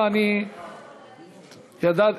אני מבקש סליחה על ההתפרצות.